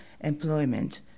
employment